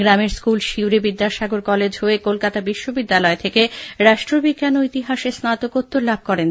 গ্রামের school Suri Vidyasagar college হয়ে কলকাতা বিশ্ববিদ্যালয় থেকে রাষ্ট্রবিজ্ঞান ও ইতিহাসে স্নাতকোত্তর লাভ করেন